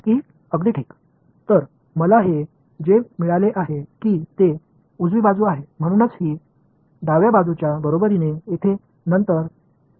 E अगदी ठीक तर मला हे जे मिळाले आहे ते उजवी बाजू आहे म्हणूनच ही डाव्या बाजूच्या बरोबरीने येथे नंतर चौरस ई ठीक आहे